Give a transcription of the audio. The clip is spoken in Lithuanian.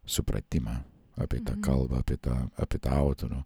supratimą apie tą kalbą apie tą apie tą autorių